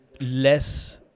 less